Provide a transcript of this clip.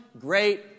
great